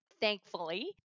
thankfully